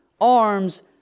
arms